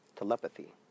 Telepathy